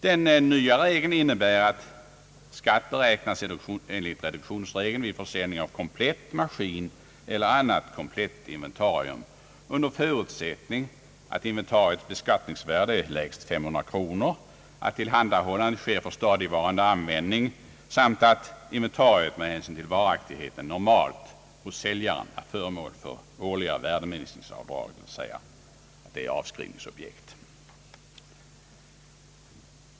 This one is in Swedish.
Den nya regeln innebär att skatt beräknas enligt reduktionsregeln vid försäljning av komplett maskin eller annat komplett inventarium, under förutsättning att inventariets beskattningsvärde är lägst 500 kronor, att tillhandahållande sker för stadigvarande användning samt att inventariet med hänsyn till varaktigheten normalt hos säljaren är föremål för årliga värdeminskningsavdrag, dvs. är ett avskrivningsobjekt.